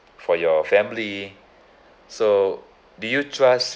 for your family so do you trust